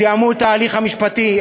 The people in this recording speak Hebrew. זיהמו את ההליך המשפטי,